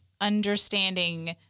understanding